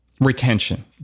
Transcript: retention